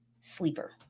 sleeper